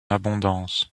abondance